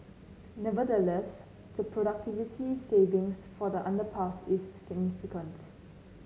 nevertheless the productivity savings for the underpass is significant